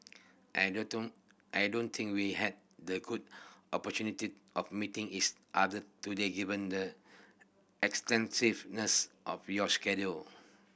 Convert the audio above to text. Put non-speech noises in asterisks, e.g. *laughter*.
I *unintelligible* I don't think we had the good opportunity of meeting each other today given the extensiveness of your schedule